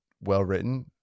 well-written